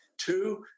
Two